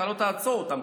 אתה לא תעצור אותם,